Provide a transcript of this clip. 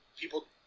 people